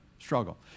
Struggle